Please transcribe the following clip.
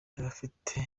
n’abafite